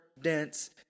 dense